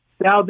Now